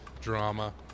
Drama